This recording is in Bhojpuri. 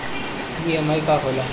ई.एम.आई का होला?